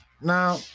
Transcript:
Now